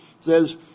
says